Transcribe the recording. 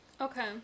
okay